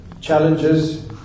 challenges